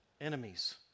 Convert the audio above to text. enemies